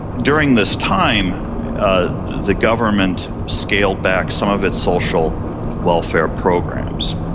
during this time the government scaled back some of its social welfare programs,